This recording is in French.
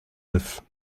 neuf